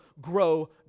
grow